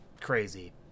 crazy